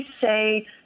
say